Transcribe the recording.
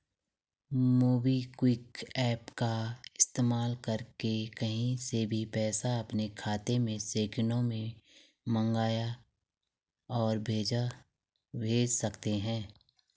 MobiKwik app का इस्तेमाल करके कहीं से भी पैसा अपने खाते में सेकंडों में मंगा और भेज सकते हैं